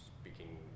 speaking